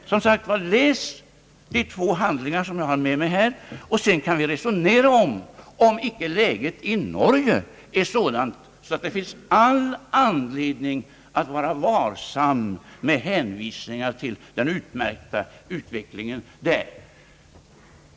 Läs som sagt dessa två tidskrifter, som jag har med mig här, och sedan kan vi resonera om huruvida inte läget i Norge är sådant att det finns all anledning att vara varsam med hänvisningar till utvecklingen där.